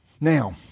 Now